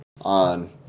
on